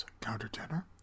counter-tenor